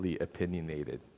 opinionated